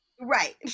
Right